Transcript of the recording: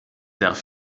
darf